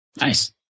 Nice